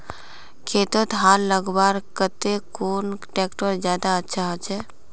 खेतोत हाल लगवार केते कुन ट्रैक्टर ज्यादा अच्छा होचए?